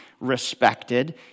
respected